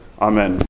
Amen